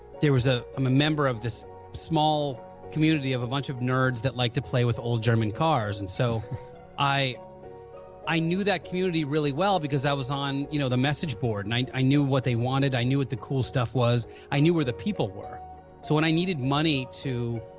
there was ah um a member of this small community of a bunch of nerds that like to play with old german cars and so i i knew that community really well because i was on you know the messageboard and i knew what they wanted i knew what the cool stuff was, i knew where the people were so when i needed money to